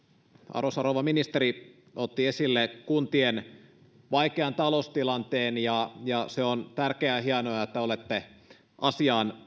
arvoisa rouva ministeri otti esille kuntien vaikean taloustilanteen ja ja se on tärkeää ja hienoa että olette asiaan